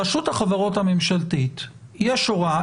ברשות החברות הממשלתית יש הוראה.